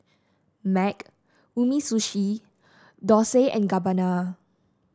MAG Umisushi Dolce and Gabbana